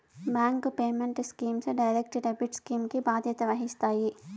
bank payment schemes direct debit scheme కి బాధ్యత వహిస్తాయి